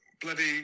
Bloody